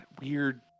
weird